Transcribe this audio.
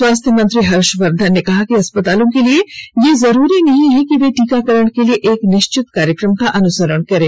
स्वास्थ्य मंत्री हर्षवर्धन ने कहा कि अस्पतालों के लिए यह जरूरी नहीं है कि ये टीकाकरण के लिए एक निश्चित कार्यक्रम का अनुसरण करें